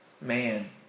man